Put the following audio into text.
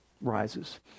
rises